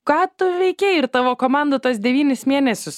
ką tu veikei ir tavo komanda tuos devynis mėnesius